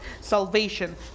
salvation